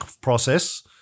process